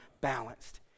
balanced